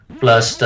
plus